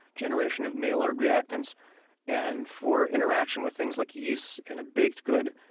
generation of maillard reactions and for interaction with things like yeasts in a baked good.